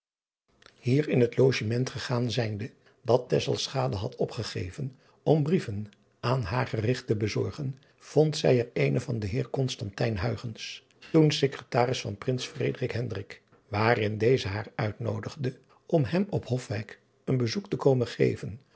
ier in het ogement gegaan zijnde dat had opgegeven om brieven aan haar gerigt te bezorgen vond zij er eenen van den eer toen ecretaris van rins waarin deze haar uitnoodigde om hem op ofwijk een bezoek te komen geven